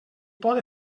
pot